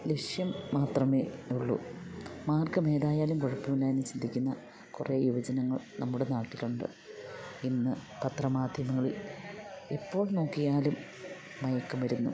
ലക്ഷ്യം മാത്രമേ ഉള്ളൂ മാർഗ്ഗമേതായാലും കുഴപ്പമില്ലായെന്ന് ചിന്തിക്കുന്ന കുറേ യുവജനങ്ങൾ നമ്മുടെ നാട്ടിലുണ്ട് ഇന്ന് പത്രമാധ്യമങ്ങളിൽ എപ്പോൾ നോക്കിയാലും മയക്കുമരുന്ന്